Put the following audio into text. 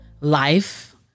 Life